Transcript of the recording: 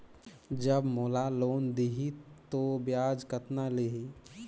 जब मोला लोन देही तो ब्याज कतना लेही?